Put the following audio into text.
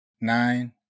nine